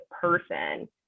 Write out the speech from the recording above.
person